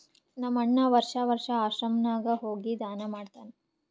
ನಮ್ ಅಣ್ಣಾ ವರ್ಷಾ ವರ್ಷಾ ಆಶ್ರಮ ನಾಗ್ ಹೋಗಿ ದಾನಾ ಮಾಡ್ತಾನ್